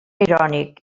irònic